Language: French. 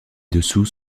dessous